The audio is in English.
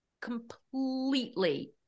completely